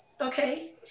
okay